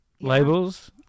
labels